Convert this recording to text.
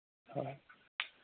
ꯍꯣꯏ